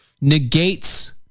negates